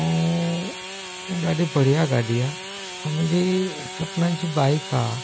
ऐं हू ॾाढी बढ़िया गाॾी आहे ऐं मुंहिंजी सपननि जी बाइक आहे